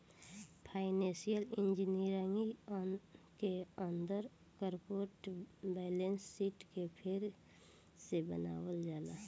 financial engineering के अंदर corporate balance sheet के फेर से बनावल जाला